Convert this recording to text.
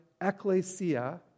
ecclesia